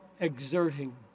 exerting